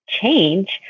Change